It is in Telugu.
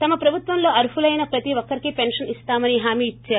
తమ ప్రభుత్వంలో అర్హులైన ప్రతి ఒక్కరికీ పెన్షన్ ఇస్తామని హామీ ఇచ్చారు